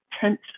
tent